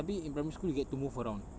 tapi in primary school you get to move around